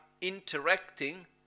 interacting